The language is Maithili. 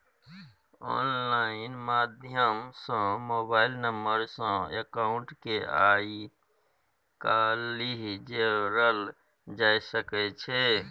आनलाइन माध्यम सँ मोबाइल नंबर सँ अकाउंट केँ आइ काल्हि जोरल जा सकै छै